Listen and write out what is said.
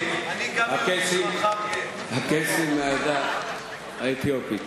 הקייסים מהעדה האתיופית,